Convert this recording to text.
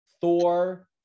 Thor